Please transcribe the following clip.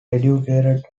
educated